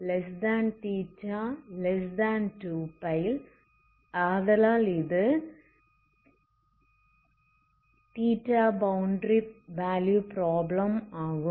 0θ2π ஆதலால் இது boundary value problem ஆகும்